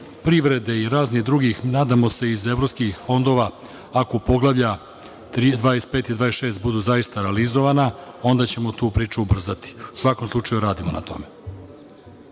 privrede i raznih drugih, nadamo se, evropskih fondova, ako poglavlja 25 i 26 budu zaista realizovana, onda ćemo tu priču ubrzati. U svakom slučaju, radimo na tome.